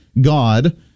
God